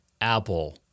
Apple